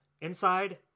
Inside